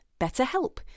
BetterHelp